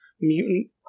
mutant